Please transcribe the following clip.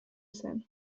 zen